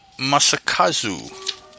Masakazu